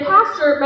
Pastor